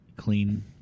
clean